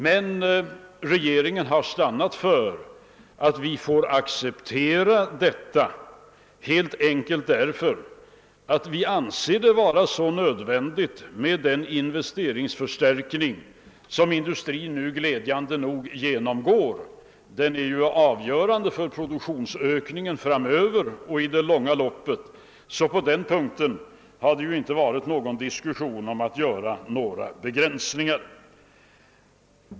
Men regeringen har stannat för att vi får acceptera detta, helt enkelt därför att vi har ansett det vara så nödvändigt med den investeringsförstärkning som nu förekommer. Den är ju avgörande för produktionsökningen framöver. På den punkten har det därför inte förekommit några diskussioner om att göra begränsningar.